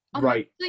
right